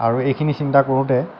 আৰু এইখিনি চিন্তা কৰোঁতে